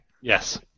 Yes